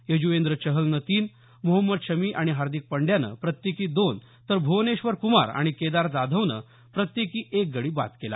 यज्वेंद्र चहलनं तीन मोहम्मद शमी आणि हार्दिक पंड्यानं प्रत्येकी दोन तर भ्वनेश्वर कुमार आणि केदार जाधवनं प्रत्येकी एक गडी बाद केला